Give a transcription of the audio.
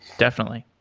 definitely,